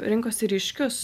rinkosi ryškius